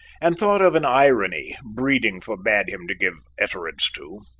and thought of an irony breeding forbade him to give utterance to.